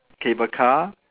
cable car